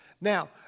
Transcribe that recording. Now